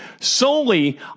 solely